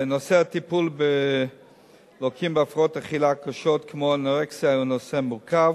נושא הטיפול בלוקים בהפרעות אכילה קשות כמו אנורקסיה הוא נושא מורכב.